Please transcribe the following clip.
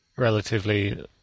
relatively